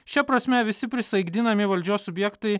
šia prasme visi prisaikdinami valdžios subjektai